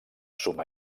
suma